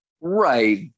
Right